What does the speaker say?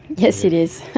yes, it is.